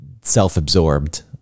self-absorbed